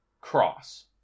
Cross